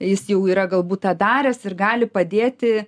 jis jau yra galbūt tą daręs ir gali padėti